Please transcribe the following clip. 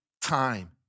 time